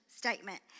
statement